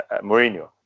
Mourinho